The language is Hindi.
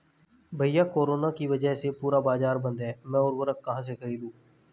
भैया कोरोना के वजह से पूरा बाजार बंद है मैं उर्वक कहां से खरीदू?